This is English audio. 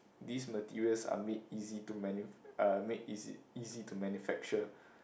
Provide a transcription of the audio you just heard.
these materials are made easy to manu~ uh made easy easy to manufacture